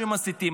שמסיתים,